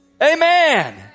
Amen